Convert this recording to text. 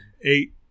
Eight